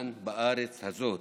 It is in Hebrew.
כאן בארץ הזאת.